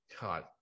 God